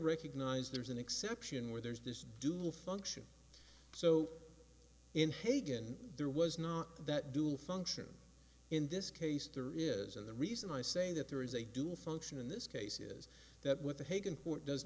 recognize there's an exception where there's this dual function so in hagen there was not that dual function in this case there is and the reason i say that there is a dual function in this case is that what the h